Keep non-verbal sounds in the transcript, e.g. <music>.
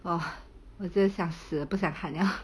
!aww! <breath> 我真的想死了不想看 liao